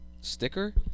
sticker